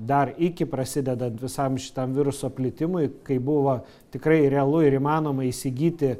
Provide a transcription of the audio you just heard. dar iki prasidedant visam šitam viruso plitimui kai buvo tikrai realu ir įmanoma įsigyti